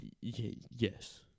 Yes